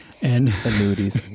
Annuities